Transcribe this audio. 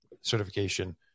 certification